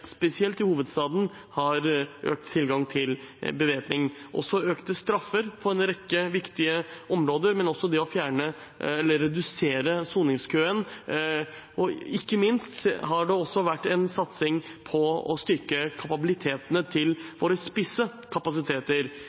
spesielt i hovedstaden, har fått økt tilgang til bevæpning. Økte straffer på en rekke viktige områder og det å redusere soningskøene har også bidratt til styrkingen. Ikke minst har det vært en satsing på å styrke kapabiliteten til våre spisse kapasiteter.